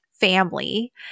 family